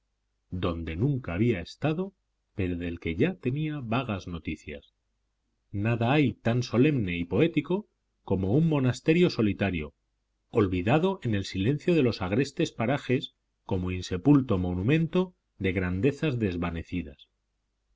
donde nunca había estado pero del que ya tenía vagas noticias nada hay tan solemne y poético como un monasterio solitario olvidado en el silencio de agrestes parajes como insepulto monumento de grandezas desvanecidas